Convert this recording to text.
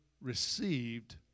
received